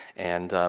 and,